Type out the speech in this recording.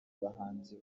bahanzi